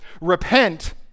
repent